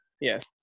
Yes